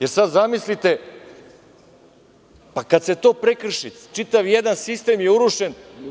Zamislite sad, kad se to prekrši, čitav jedan sistem je urušen.